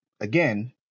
again